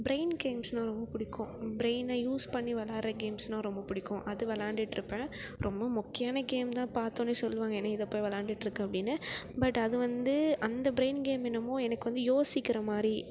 brain கேம்ஸ்னால் ரொம்ப பிடிக்கும் பிரெய்னை யூஸ் பண்ணி விளையாடுகிற கேம்ஸ்னால் எனக்கு ரொம்ப பிடிக்கும் அது விளையாண்டுட்டு இருப்பேன் ரொம்ப மொக்கையான கேம் தான் பார்த்தவொன்னே சொல்லுவாங்க என்ன இதை போய் வெளாயாண்டுட்டுருக்க அப்படின்னு பட் அது வந்து அந்த பிரெய்ன் கேம் என்னமோ எனக்கு வந்து யோசிக்கிற மாதிரி